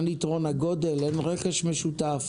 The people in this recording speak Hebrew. אין יתרון לגודל, אין רכש משותף.